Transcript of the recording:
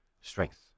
strength